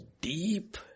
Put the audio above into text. deep